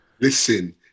Listen